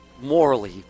morally